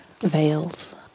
veils